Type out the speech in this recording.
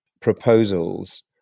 proposals